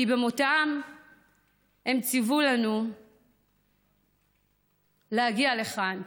כי במותם הם ציוו לנו להגיע לכאן,